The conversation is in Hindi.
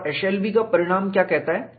और एशेल्बी का परिणाम क्या कहता है